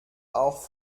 auch